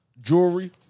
Jewelry